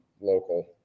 local